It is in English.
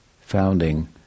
founding